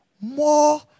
more